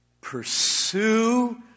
pursue